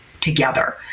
together